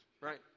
right